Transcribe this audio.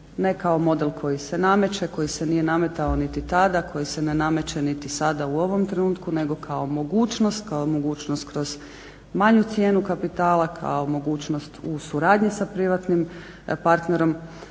ne kao model koji se nameće, koji se nije nametao niti tada, koji se ne nameće niti sada u ovom trenutku nego kao mogućnost, kao mogućnost kroz manju cijenu kapitala, kao mogućnost u suradnji sa privatnim partnerom